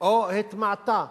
או התמעטה